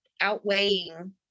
outweighing